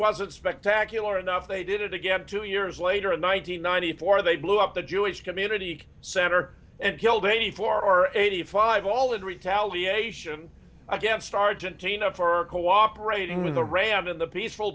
wasn't spectacular enough they did it again two years later in one nine hundred ninety four they blew up the jewish community center and killed eighty four eighty five all in retaliation against argentina for cooperating with the ramp in the peaceful